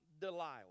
Delilah